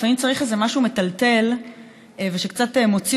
לפעמים צריך איזה משהו מטלטל ושקצת מוציא